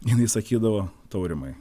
jinai sakydavo taurimai